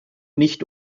nicht